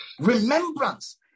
remembrance